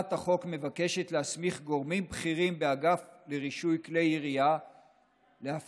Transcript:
הצעת החוק מבקשת להסמיך גורמים בכירים באגף לרישוי כלי ירייה להפסיק